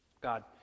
God